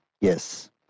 yes